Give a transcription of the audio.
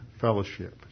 fellowship